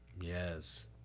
yes